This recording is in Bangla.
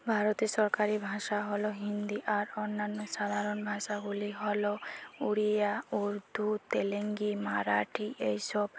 ভারতে সরকারি ভাষা হল হিন্দি আর অন্যান্য সাধারণ ভাষাগুলি হলো উড়িয়া উর্দু তেলেঙ্গী মারাঠি এই সব